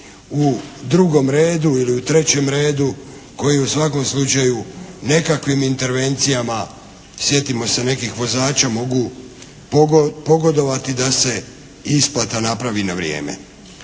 u drugom redu ili u trećem redu koji u svakom slučaju nekakvim intervencijama, sjetimo se nekih vozača, mogu pogodovati da se isplata napravi na vrijeme.